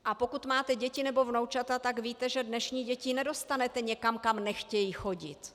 A pokud máte děti nebo vnoučata, tak víte, že dnešní děti nedostanete někam, kam nechtějí chodit.